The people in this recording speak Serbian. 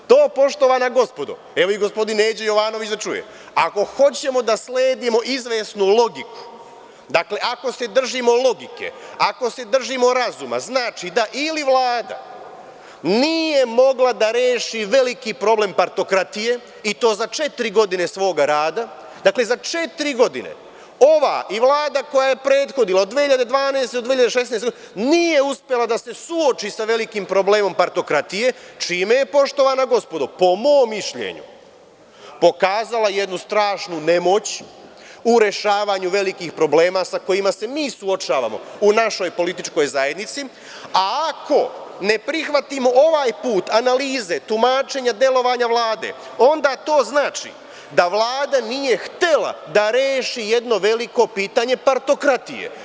To, poštova gospodo, evo, i gospodin Neđo Jovanović da čuje, ako hoćemo da sledimo izvesnu logiku, dakle, ako se držimo logike, ako se držimo razuma, znači da - ili Vlada nije mogla da reši veliki problem partokratije, i to za četiri godine svoga rada, dakle, za četiri godine ova i vlada koja je prethodila, od 2012. do 2016. godine, nije uspela da se suoči sa velikim problemom partokratije, čime je, poštovana gospodo, po mom mišljenju, pokazala jednu strašnu nemoć u rešavanju velikih problema sa kojima se mi suočavamo u našoj političkoj zajednici, a ako ne prihvatimo ovaj put analize, tumačenja delovanja Vlade, onda to znači da Vlada nije htela da reši jedno veliko pitanje partokratije.